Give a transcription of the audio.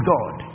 God